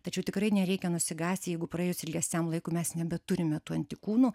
tačiau tikrai nereikia nusigąsti jeigu praėjus ilgesniam laikui mes nebeturime tų antikūnų